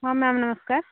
ହଁ ମ୍ୟାମ୍ ନମସ୍କାର